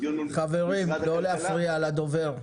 חברים, לא להפריע לדובר.